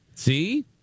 See